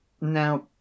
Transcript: Now